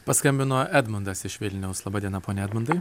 paskambino edmundas iš vilniaus laba diena pone edmundai